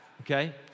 okay